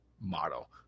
model